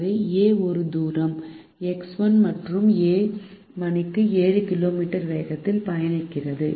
எனவே A ஒரு தூரம் X1 மற்றும் A மணிக்கு 7 கிலோமீட்டர் வேகத்தில் பயணிக்கிறது